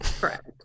Correct